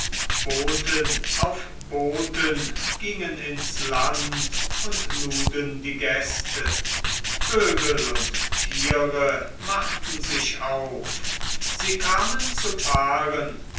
boten auf boten gingen ins land und luden die gäste vögel und tiere machten sich auf sie kamen zu paaren